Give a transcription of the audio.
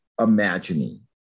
imagining